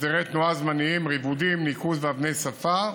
הסדרי תנועה זמניים, ריבודים, ניקוז ואבני שפה.